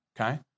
okay